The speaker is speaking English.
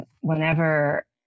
whenever